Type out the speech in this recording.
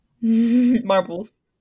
marbles